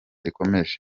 rikomeje